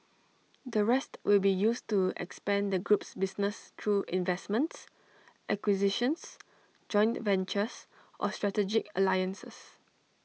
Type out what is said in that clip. the rest will be used to expand the group's business through investments acquisitions joint ventures or strategic alliances